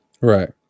Right